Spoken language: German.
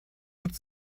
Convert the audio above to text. wird